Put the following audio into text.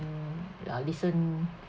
uh listen